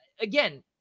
again